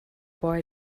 boy